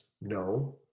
no